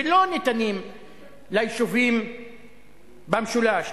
ולא ניתנים ליישובים במשולש,